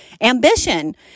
Ambition